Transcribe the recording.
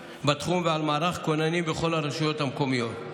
ולמערך כוננים בכל הרשויות המקומיות.